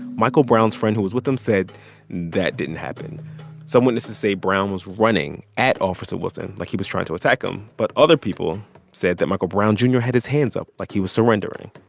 michael brown's friend, who was with him, said that didn't happen some witnesses say brown was running at officer wilson like he was trying to attack him. but other people said that michael brown jr. had his hands up like he was surrendering.